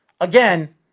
again